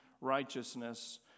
righteousness